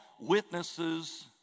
witnesses